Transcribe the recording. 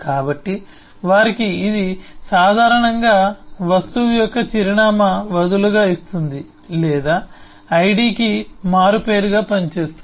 కాబట్టి వారికి ఇది సాధారణంగా వస్తువు యొక్క చిరునామా వదులుగా ఇస్తుంది లేదా ఐడికి మారుపేరుగా పనిచేస్తుంది